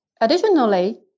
Additionally